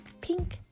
pink